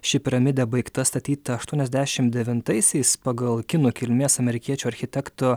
ši piramidė baigta statyt aštuoniasdešim devintaisiais pagal kinų kilmės amerikiečių architekto